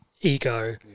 ego